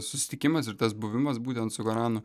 susitikimas ir tas buvimas būtent su goranu